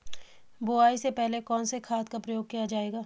बुआई से पहले कौन से खाद का प्रयोग किया जायेगा?